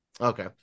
Okay